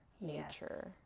nature